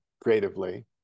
creatively